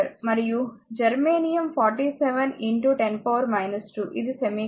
మరియు జెర్మేనియం 47 10 2 ఇది సెమీకండక్టర్